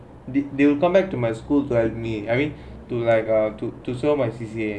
they will come back to my school like me I mean to like uh to show my C_C_A